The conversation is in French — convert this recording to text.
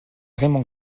vraiment